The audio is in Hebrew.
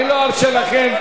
אני לא ארשה לכם,